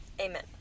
Amen